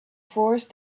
force